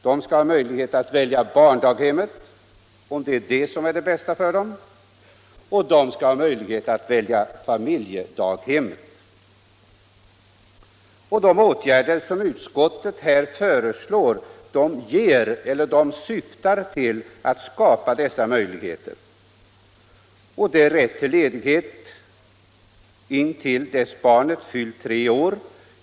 De skall ha möjlighet att välja barndaghemmet, om det är det bästa för dem, och de skall ha möjlighet att välja familjedaghemmet, om de föredrar det. De åtgärder som utskottet här föreslår syftar till att skapa dessa möjligheter. Det innebär rätt till ledighet intill dess barnet fyllt tre år.